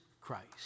Christ